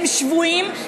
הם שבויים,